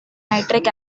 nitric